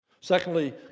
Secondly